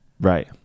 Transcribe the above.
Right